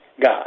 God